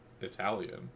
italian